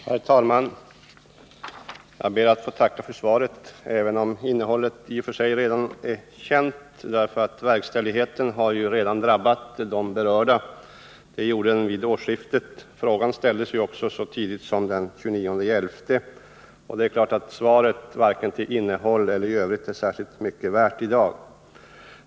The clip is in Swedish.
Herr talman! Jag ber att få tacka för svaret, även om innehållet i och för sig redan är känt därför att verkställigheten av regeringens beslut redan har drabbat de berörda. Det gjorde den vid årsskiftet. Svaret är alltså inte särskilt mycket värt i dag, men jag vill nämna att frågan framställdes så tidigt som den 29 november.